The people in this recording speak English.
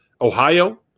Ohio